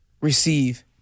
receive